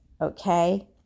Okay